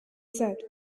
said